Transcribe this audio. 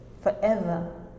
forever